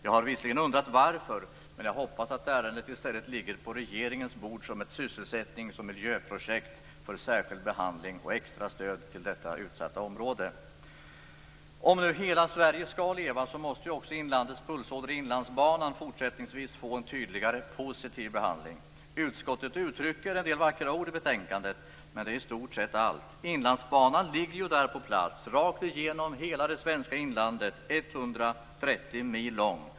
Jag har visserligen undrat varför, men jag hoppas att ärendet i stället ligger på regeringens bord som ett sysselsättnings och miljöprojekt för särskild behandling och extra stöd till detta utsatta område. Skall nu hela Sverige leva måste också inlandets pulsåder Inlandsbanan fortsättningsvis få en tydligare positiv behandling. Utskottet uttrycker en del vackra ord i betänkandet, men det är i stort sett allt. Inlandsbanan ligger ju där på plats rakt igenom det svenska inlandet, 130 mil lång.